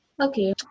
okay